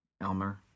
Elmer